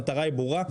המטרה היא ברורה.